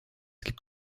gibt